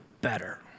better